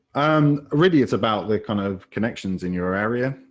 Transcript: and really it's about the kind of connections in your area.